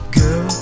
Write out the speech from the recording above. Girl